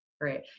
Great